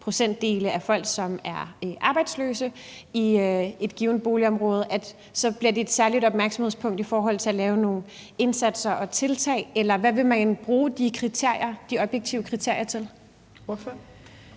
procentdel af folk, som er arbejdsløse i et givent boligområde, så bliver det et særligt opmærksomhedspunkt i forhold til at lave nogle indsatser og tiltag? Eller hvad vil man bruge de objektive kriterier til? Kl.